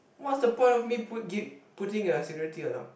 what's the point of me put givi~ putting a security alarm